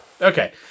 okay